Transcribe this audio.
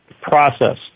process